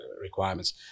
requirements